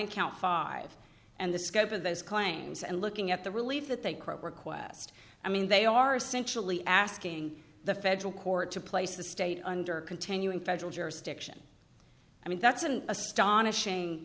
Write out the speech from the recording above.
and count five and the scope of those claims and looking at the relief that they quote request i mean they are essentially asking the federal court to place the state under continuing federal jurisdiction i mean that's an astonishing